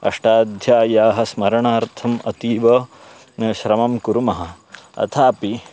अष्टाध्यायाः स्मरणार्थम् अतीव श्रमं कुर्मः अथापि